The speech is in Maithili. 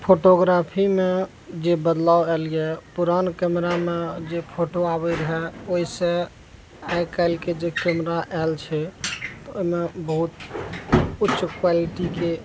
फोटोग्राफीमे जे बदलाव आयल यऽ पुरान कैमरामे जे फोटो आबय रहय ओहिसँ आइ काल्हिके जे कैमरा आयल छै तऽ ओइमे बहुत उच्च क्वालिटीके